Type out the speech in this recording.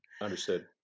Understood